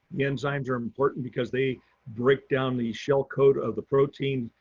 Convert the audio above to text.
enzymes are important because they break down the shell coat of the protein,